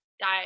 die